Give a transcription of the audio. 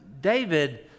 David